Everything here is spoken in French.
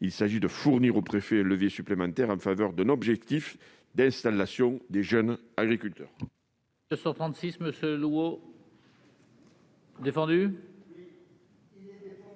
Il s'agit de fournir aux préfets un levier supplémentaire en faveur de l'objectif d'installation des jeunes agriculteurs.